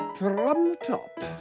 from um the top.